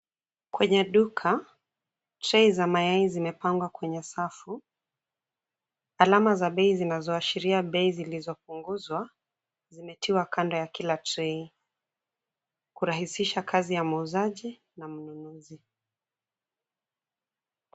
Kwenye duka, tray za mayai zimepangwa kwenye safu. Alama za bei zinazoashiria bei zilizopunguzwa zimetiwa kando ya kila tray , kurahisisha kazi ya muuzaji na mnunuzi.